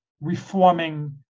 reforming